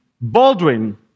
Baldwin